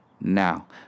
now